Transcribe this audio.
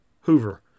Hoover